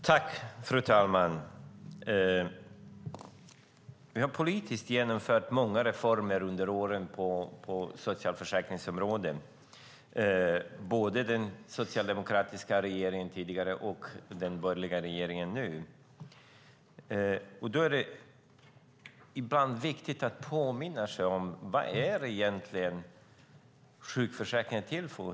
Fru talman! Både den tidigare, socialdemokratiska regeringen och den nuvarande, borgerliga regeringen har genomfört många reformer på socialförsäkringsområdet. Det är viktigt att påminna sig om vad sjukförsäkringen är till för.